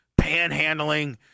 panhandling